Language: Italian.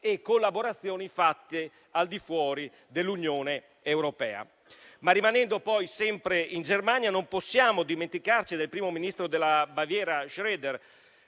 e collaborazioni fatti al di fuori dell'Unione europea. Rimanendo sempre in Germania, non possiamo dimenticarci del primo ministro della Baviera, Schroeder,